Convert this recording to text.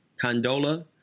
Condola